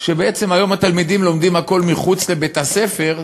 שבעצם היום התלמידים לומדים הכול מחוץ לבית-הספר.